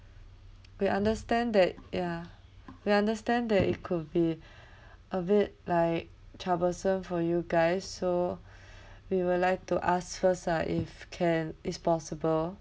we understand that ya we understand that it could be a bit like troublesome for you guys so we would like to ask first ah if can it's possible